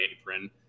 apron